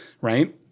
Right